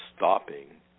stopping